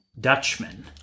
Dutchman